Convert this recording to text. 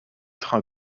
train